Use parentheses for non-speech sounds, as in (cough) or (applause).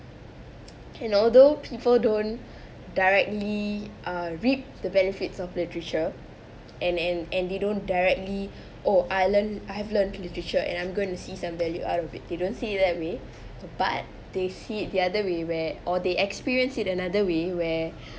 can although people don't directly uh read the benefits of literature and and and they don't directly oh I learnt I have learnt literature and I'm going to see some value out of it they don't see it that way but they see it the other way where or they experience it another way where (breath)